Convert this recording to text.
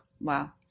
Wow